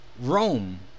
Rome